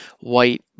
white